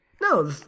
No